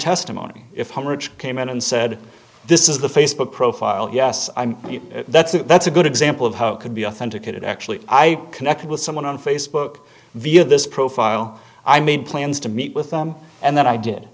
testimony if the rich came in and said this is the facebook profile yes i'm that's it that's a good example of how it could be authenticated actually i connected with someone on facebook via this profile i made plans to meet with them and that i did